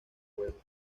juegos